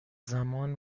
زمان